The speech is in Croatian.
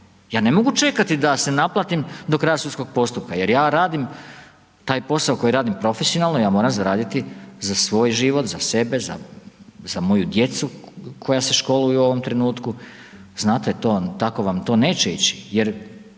Ja ne mogu čekati da se naplatim do kraja sudskog postupka jer ja radim taj posao koji radim profesionalno, ja moram zaraditi za svoj život, za sebe, za moju djecu koja se školuju u ovom trenutku, znate to, tako vam to neće ići. Jer